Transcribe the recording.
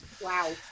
Wow